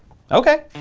ok.